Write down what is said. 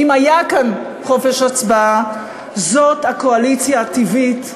אם היה כאן חופש הצבעה זאת הקואליציה הטבעית,